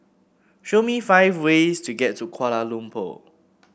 show me five ways to get to Kuala Lumpur